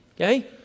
Okay